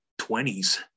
20s